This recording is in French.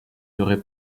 serait